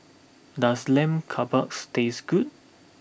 does Lamb Kebabs taste good